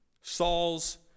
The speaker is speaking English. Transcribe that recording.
Saul's